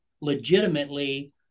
legitimately